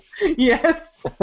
Yes